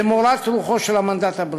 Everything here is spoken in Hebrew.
למורת רוחו של המנדט הבריטי.